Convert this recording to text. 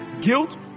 Guilt